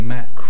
Matt